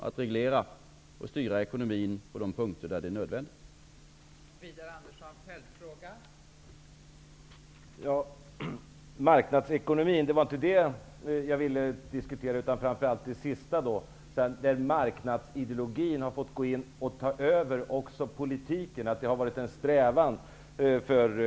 att reglera och styra ekonomin på de punkter där det är nödvändigt, skall den sköta väl och med styrka.